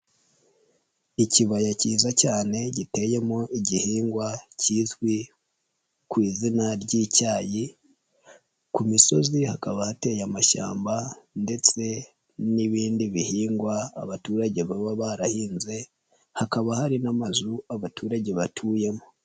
Ikibaya kiza cyane giteyemo igihingwa kizwi ku izina ry'icyayi, ku misozi hakaba hateye amashyamba ndetse n'ibindi bihingwa abaturage baba barahinze, hakaba hari n'amazu abaturage batuyemo.